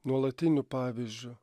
nuolatiniu pavyzdžiu